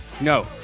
No